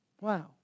Wow